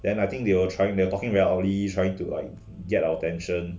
then I think they are trying they're talking very loudly trying to like get like our attention